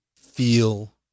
feel